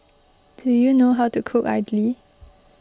do you know how to cook Idly